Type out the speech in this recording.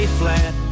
flat